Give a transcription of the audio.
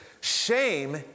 Shame